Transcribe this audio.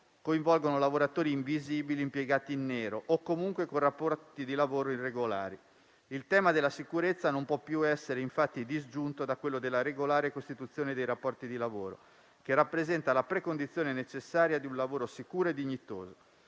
coinvolgono lavoratori invisibili, impiegati in nero o comunque con rapporti di lavoro irregolari. Il tema della sicurezza non può più essere infatti disgiunto da quello della regolare costituzione dei rapporti di lavoro, che rappresenta la precondizione necessaria di un lavoro sicuro e dignitoso.